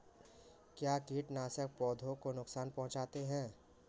क्या कीटनाशक पौधों को नुकसान पहुँचाते हैं?